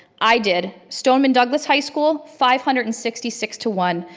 i did, stoneman douglas high school, five hundred and sixty six to one.